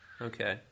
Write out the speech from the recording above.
Okay